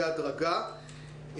בהדרגה.